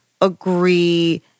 agree